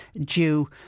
due